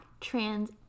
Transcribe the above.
trans